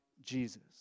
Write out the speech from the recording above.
Jesus